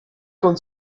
con